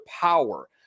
power